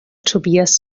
tobias